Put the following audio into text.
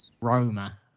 Roma